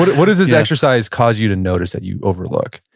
what what does this exercise cause you to notice that you overlook?